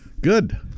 Good